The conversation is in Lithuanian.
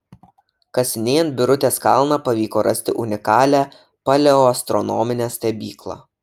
kasinėjant birutės kalną pavyko rasti unikalią paleoastronominę stebyklą